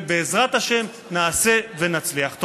ובעזרת השם, נעשה ונצליח.